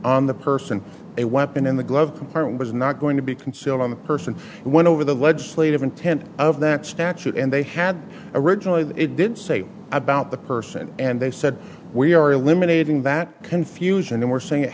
on the person a weapon in the glove compartment was not going to be concealed on the person and went over the legislative intent of that statute and they had originally it did say about the person and they said we are eliminating that confusion and we're saying it